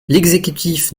l’exécutif